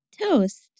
Toast